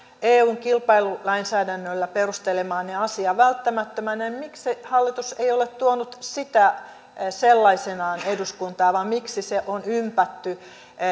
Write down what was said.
eun kilpailulainsäädännöllä perustelemaanne asiaa välttämättömänä niin miksi hallitus ei ole tuonut sitä sellaisenaan eduskuntaan miksi se on ympätty